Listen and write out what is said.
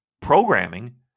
programming